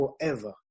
forever